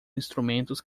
instrumentos